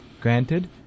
Granted